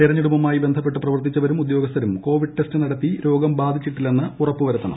തെരഞ്ഞെടുപ്പുമായി ബന്ധപ്പെട്ട് പ്രവർത്തിച്ചവരും ഉദ്യോഗസ്ഥരും കോവിഡ് ടെസ്റ്റ് നടത്തി രോഗം ബാധിച്ചിട്ടില്ലെന്ന് ഉറപ്പു വരുത്തണം